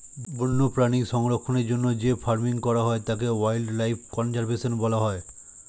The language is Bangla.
বন্যপ্রাণী সংরক্ষণের জন্য যে ফার্মিং করা হয় তাকে ওয়াইল্ড লাইফ কনজার্ভেশন বলা হয়